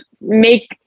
make